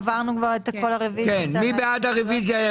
מי בעד הרוויזיה?